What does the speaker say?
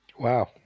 Wow